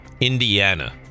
Indiana